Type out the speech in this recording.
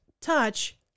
touch